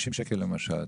50 שקל למשל?